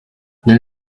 then